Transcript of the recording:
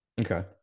Okay